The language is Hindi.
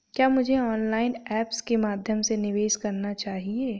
क्या मुझे ऑनलाइन ऐप्स के माध्यम से निवेश करना चाहिए?